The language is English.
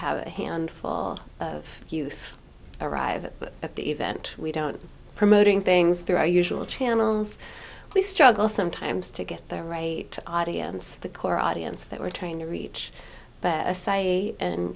have a handful of youth arrive at the event we don't promoting things through our usual channels we struggle sometimes to get there right audience the core audience that we're trying to reach better say